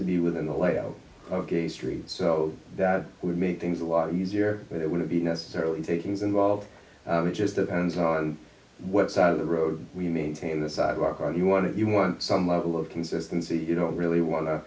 to be within the layout of k street so that would make things a lot easier but it wouldn't be necessarily takings involved it just depends on what side of the road we maintain the sidewalk on you want if you want some level of consistency you don't really want to